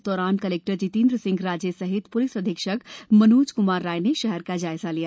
इस दौरान कलेक्टर जितेंद्र सिंह राजे सहित पुलिस अधीक्षक मनोज कुमार राय ने शहर का जायजा लिया